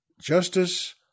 Justice